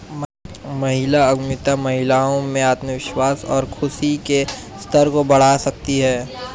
महिला उद्यमिता महिलाओं में आत्मविश्वास और खुशी के स्तर को बढ़ा सकती है